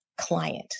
client